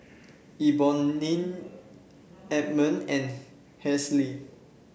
Eboni Edmon and Halsey